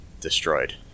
destroyed